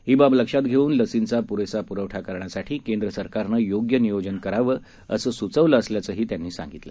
ही बाब लक्षात घेऊन लसींचा प्रेसा प्रवठा करण्यासाठी केंद्र सरकारनं योग्य नियोजन करावं असं स्चवलं असल्याचंही त्यांनी सांगितलं